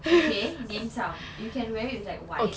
okay name some you can wear it with white